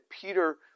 Peter